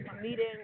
meeting